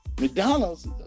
McDonald's